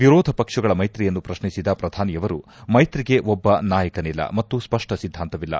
ವಿರೋಧ ಪಕ್ಷಗಳ ಮೈತ್ರಿಯನ್ನು ಪ್ರಶ್ನಿಸಿದ ಪ್ರಧಾನಿಯವರು ಮೈತ್ರಿಗೆ ಒಬ್ಬ ನಾಯಕನಿಲ್ಲ ಮತ್ತು ಸ್ಪಷ್ಟ ಿದ್ದಾಂತವಿಲ್ಲ